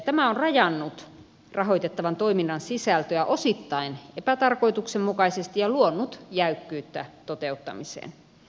tämä on rajannut rahoitettavan toiminnan sisältöä osittain epätarkoituksenmukaisesti ja luonut jäykkyyttä toteuttamiseen